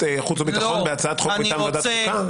החוץ והביטחון בהצעת חוק מטעם ועדת חוקה?